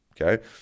Okay